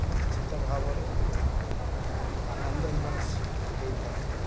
ନିଶ୍ଚିତ ଭାବରେ ଆନନ୍ଦ ଉଲ୍ଲାସ ଦେଇଥାଏ